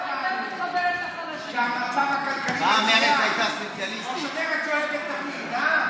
שמענו שהמצב הכלכלי מצוין, כמו שמרצ צועקת תמיד.